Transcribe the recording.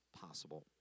possible